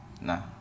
Nah